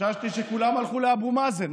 חששתי שכולם הלכו לאבו מאזן.